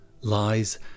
lies